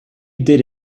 did